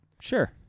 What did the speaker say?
Sure